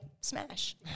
smash